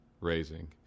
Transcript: raising